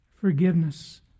forgiveness